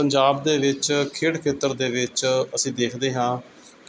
ਪੰਜਾਬ ਦੇ ਵਿੱਚ ਖੇਡ ਖੇਤਰ ਦੇ ਵਿੱਚ ਅਸੀਂ ਦੇਖਦੇ ਹਾਂ